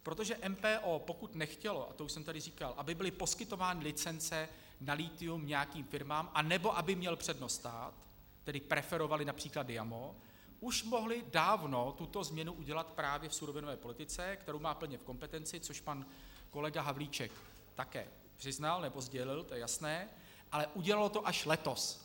Protože MPO pokud nechtělo, a to už jsem tady říkal, aby byly poskytovány licence na lithium nějakým firmám nebo aby měl přednost stát, tedy preferovali například Diamo, už mohli dávno tuto změnu udělovat právě v surovinové politice, kterou má plně v kompetenci, což pan kolega Havlíček také přiznal nebo sdělil, to je jasné, ale udělalo to až letos.